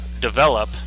develop